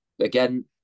again